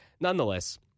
nonetheless